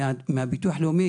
מבחינת הביטוח הלאומי,